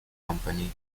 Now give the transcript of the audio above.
company